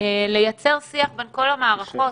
לייצר שיח בין כל המערכות.